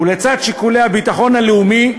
ולצד שיקולי הביטחון הלאומי,